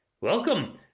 Welcome